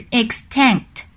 extinct